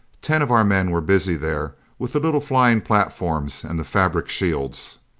ten of our men were busy there with the little flying platforms and the fabric shields.